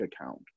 account